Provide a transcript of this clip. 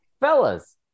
Fellas